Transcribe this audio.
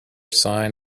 sign